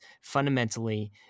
fundamentally